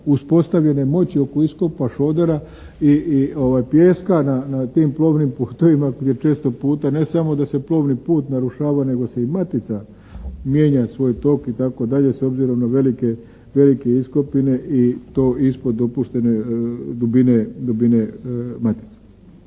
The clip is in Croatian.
uspostavljanja moći oko iskopa šodera i pijeska na tim plovnim putevima gdje često puta ne samo da se plovni put narušava nego i matica mijenja svoj tok itd. s obzirom na velike iskopine i to ispod dopuštene dubine matice.